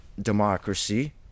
democracy